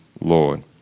Lord